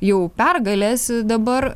jau pergalės dabar